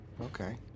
Okay